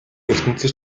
ертөнцөд